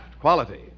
quality